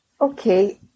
Okay